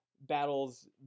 battles